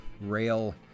rail